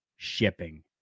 Shipping